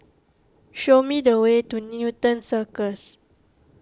show me the way to Newton Circus